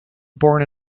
born